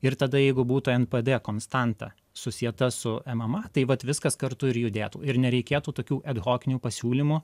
ir tada jeigu būtent npd konstanta susieta su mma tai vat viskas kartu ir judėtų ir nereikėtų tokių ad hokinių pasiūlymų